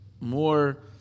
more